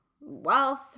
wealth